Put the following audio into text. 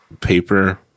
paper